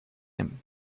him